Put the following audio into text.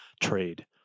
trade